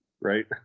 Right